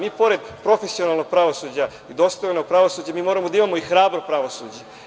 Mi pored profesionalnog pravosuđa, dostojnog pravosuđa, mi moramo da imamo i hrabro pravosuđe.